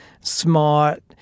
smart